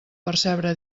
percebre